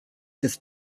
des